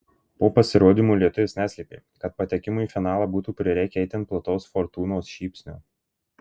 po pasirodymo lietuvis neslėpė kad patekimui į finalą būtų prireikę itin plataus fortūnos šypsnio